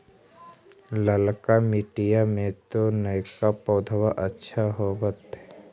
ललका मिटीया मे तो नयका पौधबा अच्छा होबत?